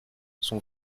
son